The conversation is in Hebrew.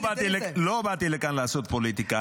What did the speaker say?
לא באתי לכאן לעשות פוליטיקה.